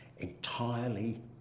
entirely